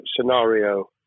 scenario